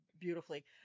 beautifully